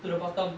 to the bottom